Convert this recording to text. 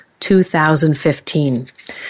2015